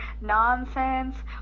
nonsense